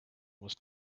was